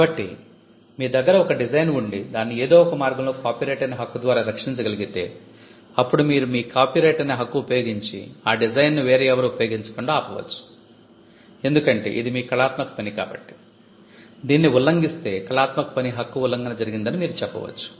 కాబట్టి మీ దగ్గర ఒక డిజైన్ ఉండి దాన్ని ఏదో ఒక మార్గంలో కాపీరైట్ అనే హక్కు ద్వారా రక్షించగలిగితే అప్పుడు మీరు మీ కాపీరైట్ అనే హక్కు ఉపయోగించి ఆ డిజైన్ను వేరే ఎవరూ ఉపయోగించకుండా ఆపవచ్చు ఎందుకంటే ఇది మీ కళాత్మక పని కాబట్టి దీన్ని ఉల్లంఘిస్తే కళాత్మక పని హక్కు ఉల్లంఘన జరిగిందని మీరు చెప్పవచ్చు